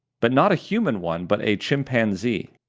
but not a human one, but a chimpanzee.